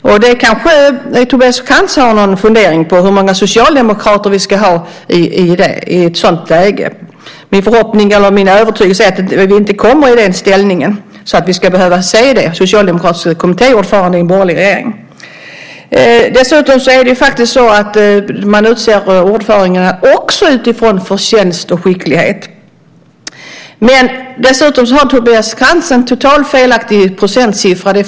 Tobias Krantz kanske har någon fundering på hur många socialdemokrater vi ska ha i ett sådant läge. Min övertygelse är att vi inte kommer i den ställningen att vi ska behöva se en socialdemokratisk kommittéordförande åt en borgerlig regering. Dessutom utser man faktiskt ordförandena också utifrån förtjänst och skicklighet. Därtill har Tobias Krantz en totalt felaktig procentsiffra.